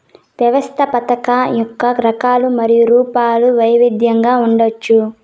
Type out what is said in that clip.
వ్యవస్థాపకత యొక్క రకాలు మరియు రూపాలు వైవిధ్యంగా ఉండవచ్చు